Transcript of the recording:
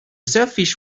selfish